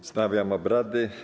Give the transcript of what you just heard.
Wznawiam obrady.